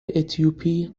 اتیوپی